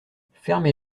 fermez